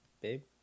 babe